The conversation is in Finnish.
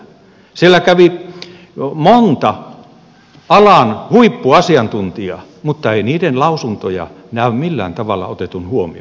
siellä kävi monta alan huippuasiantuntijaa mutta ei heidän lausuntojaan näy millään tavalla otetun huomioon